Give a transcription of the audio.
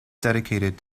dedicated